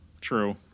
True